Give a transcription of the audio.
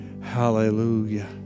Hallelujah